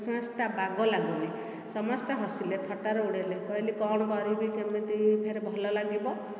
ଖାସି ମାଂସଟା ବାଗ ଲାଗୁନି ସମସ୍ତେ ହସିଲେ ଥଟ୍ଟାର ଉଡ଼ାଇଲେ କଣ କରିବି କେମିତି ଫେରେ ଭଲ ଲାଗିବ